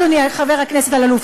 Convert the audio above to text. אדוני חבר הכנסת אלאלוף,